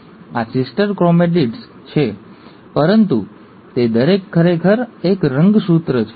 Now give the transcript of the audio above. આ sister chromatids છે પરંતુ તે દરેક ખરેખર એક રંગસૂત્ર છે